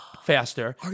Faster